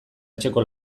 etxeko